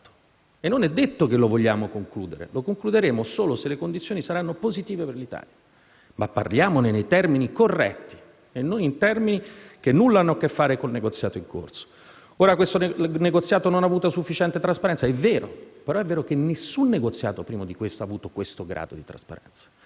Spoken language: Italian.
(e non è detto che lo vogliamo concludere: lo concluderemo solo se le condizioni saranno positive per l'Italia), ma facciamolo in termini corretti e non in termini che nulla hanno a che fare con il negoziato in corso. È vero che questo negoziato non ha avuto sufficiente trasparenza, ma è anche vero che nessun negoziato prima di questo ha avuto tale grado di trasparenza.